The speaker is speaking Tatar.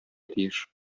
тиеш